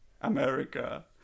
america